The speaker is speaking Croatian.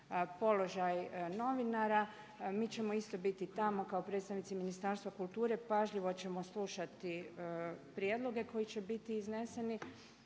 položaj novinara. Mi ćemo isto biti tamo kao predstavnici Ministarstva kulture, pažljivo ćemo slušati prijedloge koji će biti izneseni